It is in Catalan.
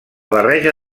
barreja